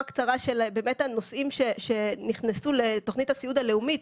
קצרה של הנושאים שנכנסו לתוכנית הסיעוד הלאומית,